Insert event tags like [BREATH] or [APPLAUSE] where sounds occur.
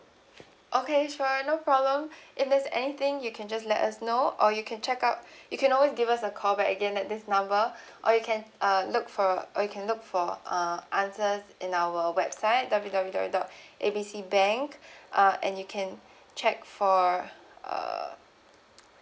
okay sure no problem [BREATH] if there's anything you can just let us know or you can check out [BREATH] you can always give us a call back again at this number or you can uh look for or you can look for uh answers in our website w w w dot [BREATH] A B C bank [BREATH] and you can check for uh